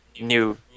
new